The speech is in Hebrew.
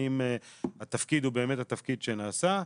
האם התפקיד הוא באמת התפקיד שנעשה.